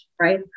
right